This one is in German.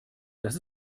das